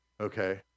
okay